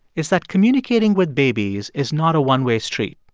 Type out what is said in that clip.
it's that communicating with babies is not a one-way street.